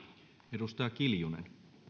arvoisa puhemies